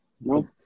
no